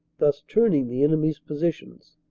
thus turning the enemy s positions.